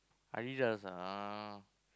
Adidas ah uh